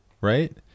Right